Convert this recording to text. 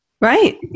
right